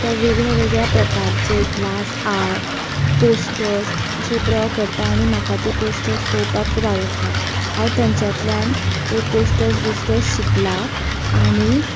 तो वेगळ्या वेगळ्या प्रकारचे ग्लास आर्ट पोस्टर्स अशे ड्रो करता आनी म्हाका ते पोस्टर्स पोवपाक खूब आवडटा हांव थंयच्यांतल्यान एक पोस्टर्स बीन शिकलां आनी